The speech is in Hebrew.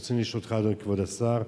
רצוני לשאול אותך, אדוני כבוד השר: